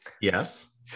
Yes